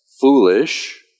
foolish